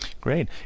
Great